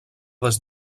des